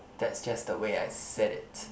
that's just the way I said it